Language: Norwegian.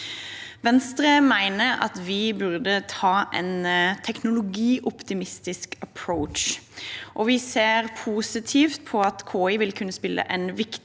Venstre mener vi burde ta en teknologioptimistisk tilnærming, og vi ser positivt på at KI vil kunne spille en viktig